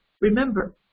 remember